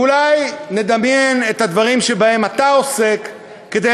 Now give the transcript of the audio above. ואולי נדמיין את הדברים שבהם אתה עוסק כדי